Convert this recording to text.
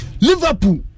Liverpool